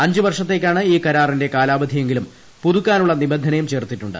അഞ്ച് വർഷത്തേയ്ക്കാണ് ഈ കരാറിന്റെ കാലാവധിയെങ്കിലും പുതുക്കാനുള്ളി നീബന്ധനയും ചേർത്തിട്ടുണ്ട്